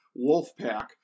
Wolfpack